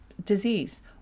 disease